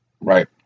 Right